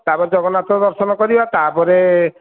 ତା'ପରେ ଜଗନ୍ନାଥ ଦର୍ଶନ କରିବା ତା'ପରେ